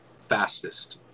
fastest